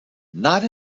not